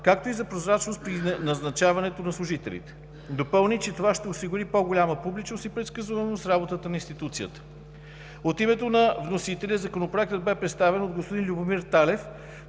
както и за прозрачност при назначаването на служителите. Допълни, че това ще осигури по-голяма публичност и предсказуемост в работата на институцията. От името на вносителя Законопроектът бе представен от господин Любомир Талев.